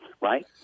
right